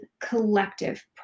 collective